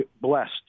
blessed